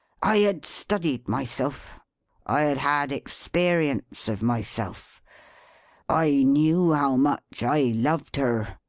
i had studied myself i had had experience of myself i knew how much i loved her,